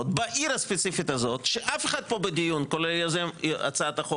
בעיר הספציפית הזו שאף אחד בדיון כולל יוזם הצעת החוק,